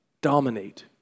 dominate